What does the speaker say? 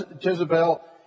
Jezebel